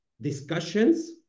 discussions